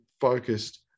focused